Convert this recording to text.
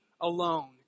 alone